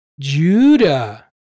Judah